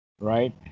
right